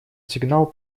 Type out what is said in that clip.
сигнал